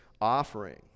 offering